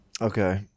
Okay